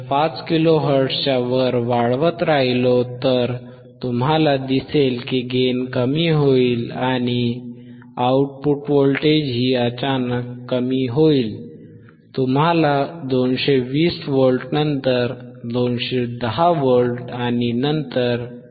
5 kilo हर्ट्झच्या वर वाढवत राहिलो तर तुम्हाला दिसेल की गेन कमी होईल आणि आउटपुट व्होल्टेजही अचानक कमी होईल तुम्हाला 220v नंतर 210v आणि नंतर 200v दिसेल